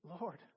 Lord